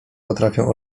potrafią